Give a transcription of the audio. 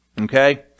okay